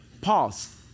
Pause